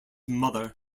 mother